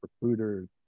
recruiters